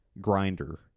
grinder